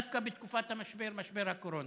דווקא בתקופת המשבר, משבר הקורונה,